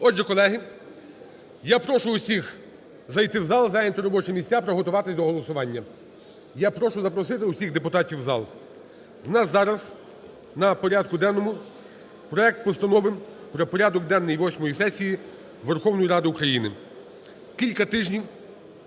Отже, колеги, я прошу всіх зайти в зал, зайняти робочі місця, приготуватись до голосування, я прошу запросити всіх депутатів в зал. У нас зараз на порядку денного проект Постанови про порядок денний восьмої сесії Верховної Ради України. Кілька тижнів